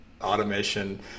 automation